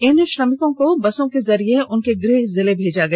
इन श्रमिकों को बसों के जरिये उनके गृह जिलों के लिए भेजा गया